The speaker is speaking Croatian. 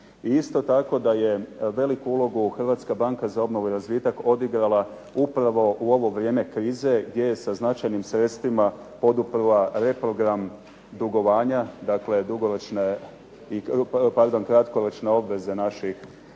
isto tako da je veliku ulogu Hrvatska banka za obnovu i razvitak odigrala upravo u ovo vrijeme krize gdje je sa značajnim sredstvima poduprla reprogram dugovanja dakle kratkoročne obveze naših